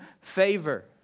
favor